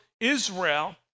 Israel